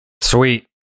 Sweet